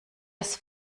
das